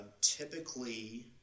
typically